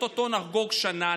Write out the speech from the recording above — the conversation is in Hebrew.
או-טו-טו נחגוג שנה,